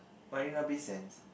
marina-bay-sands